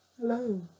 Hello